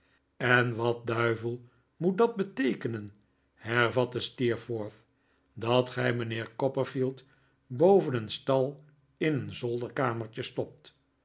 en wat duivel moet dat beteekenen hervatte steerforth dat gij mijnheer copperfield boven een stal in een zolderkamertje stopt